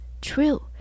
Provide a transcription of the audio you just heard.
true